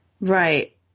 Right